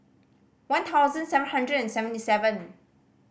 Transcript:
one thousand seven hundred and seventy seven